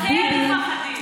אתם מפחדים.